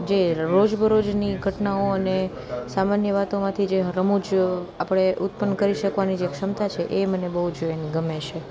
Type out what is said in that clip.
જે રોજ બરોજની ઘટનાઓ અને સામાન્ય વતોમાંથી જે રમુજ આપણે ઉત્પન્ન કરી શકવાની જે ક્ષમતા છે એ મને બહુ જ એની ગમે છે